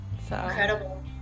Incredible